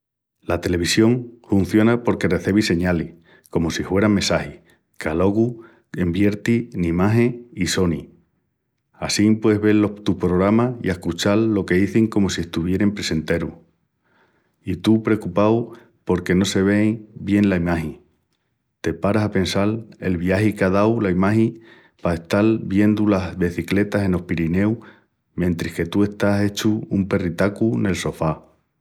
La televisión hunciona porque recebi señalis, comu si hueran messagis, que aluegu envierti en imagin i sonis. Assín, pueis vel los tus pogramas i ascuchal lo que izin comu si estuvierin presenterus. I tú precupau porque no se vei bien la imagi. Te paras a pensal el viagi qu'á dau la imagi pa tú estal videndu las becicletas enos Pirineus mentris que tú estás hechu un perritacu nel sofá.